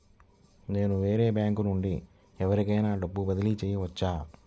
నేను వేరే బ్యాంకు నుండి ఎవరికైనా డబ్బు బదిలీ చేయవచ్చా?